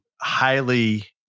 highly